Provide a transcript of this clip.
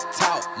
talk